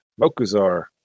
Mokuzar